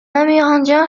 amérindien